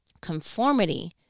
conformity